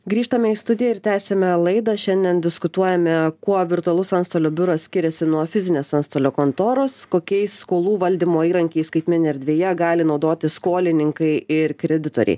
grįžtame į studiją ir tęsiame laidą šiandien diskutuojame kuo virtualus antstolio biuras skiriasi nuo fizinės antstolio kontoros kokiais skolų valdymo įrankiais skaitmeninėj erdvėje gali naudotis skolininkai ir kreditoriai